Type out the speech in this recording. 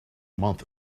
month